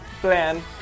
plan